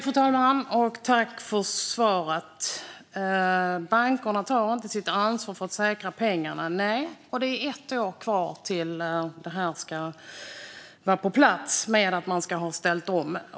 Fru talman! Bankerna tar inte sitt ansvar, säger statsrådet. Nej, och det är ett år kvar tills omställningen ska vara klar.